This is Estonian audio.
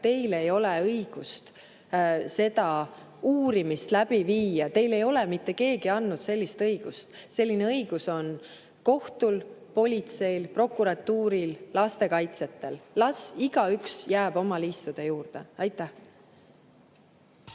Teil ei ole õigust seda uurimist läbi viia, teile ei ole mitte keegi andnud sellist õigust. Selline õigus on kohtul, politseil, prokuratuuril, lastekaitsjatel. Las igaüks jääb oma liistude juurde. Aitäh!